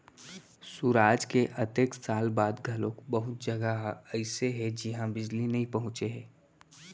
सुराज के अतेक साल बाद घलोक बहुत जघा ह अइसे हे जिहां बिजली नइ पहुंचे हे